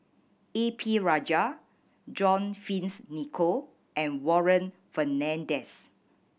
A P Rajah John Fearns Nicoll and Warren Fernandez